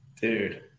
dude